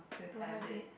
do I have it